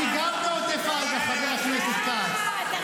חבר הכנסת כץ.